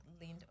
leaned